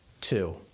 two